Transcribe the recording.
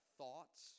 thoughts